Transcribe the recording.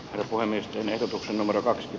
voimistuneet opusnumeroa